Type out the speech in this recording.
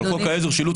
אבל לגבי חוק עזר (שילוט),